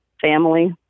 family